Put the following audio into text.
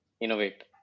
innovate